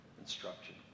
instruction